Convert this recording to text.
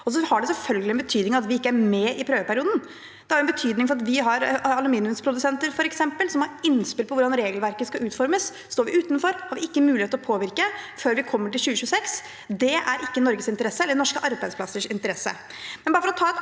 det selvfølgelig en betydning at vi ikke er med i prøveperioden. Det har en betydning for at vi har aluminiumsprodusenter, f.eks., som har innspill til hvordan regelverket skal utformes. Står vi utenfor, har vi ikke mulighet å påvirke før vi kommer til 2026. Det er ikke i Norges interesse eller i norske arbeidsplassers interesse.